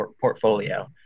portfolio